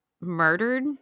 murdered